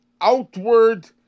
outward